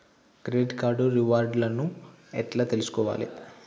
Credit card reward లను ఎట్ల తెలుసుకోవాలే?